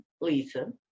Lisa